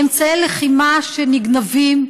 אמצעי לחימה שנגנבים.